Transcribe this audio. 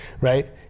Right